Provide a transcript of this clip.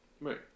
Right